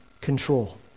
control